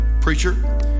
Preacher